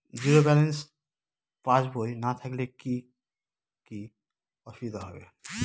Zero balance পাসবই না থাকলে কি কী অসুবিধা হবে?